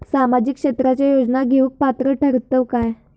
सामाजिक क्षेत्राच्या योजना घेवुक पात्र ठरतव काय?